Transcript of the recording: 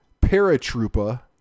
paratroopa